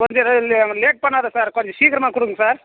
கொஞ்சம் லேட் பண்ணாதே சார் கொஞ்சம் சீக்கிரமாக கொடுங்க சார்